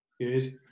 good